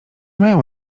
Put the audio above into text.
mają